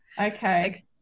Okay